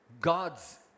God's